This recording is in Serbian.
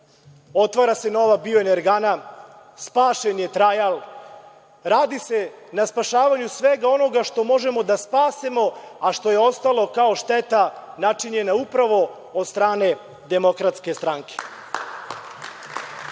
otvara se nova bioenergana, spašen je „Trajal“. Radi se na spašavanju svega onoga što možemo da spasemo, a što je ostalo kao šteta načinjena upravo od strane Demokratske stranke.Za